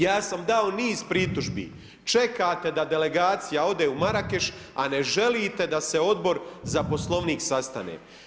Ja sam do niz pritužbi, čekate da delegacija ode u Marakeš, a ne želite da se Odbor za poslovnik sastane.